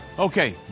Okay